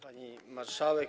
Pani Marszałek!